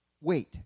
Wait